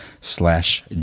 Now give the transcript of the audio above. slash